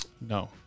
No